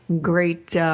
great